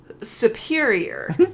superior